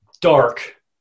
dark